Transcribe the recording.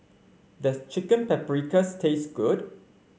does Chicken Paprikas taste good